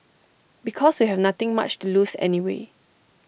because we have nothing much to lose anyway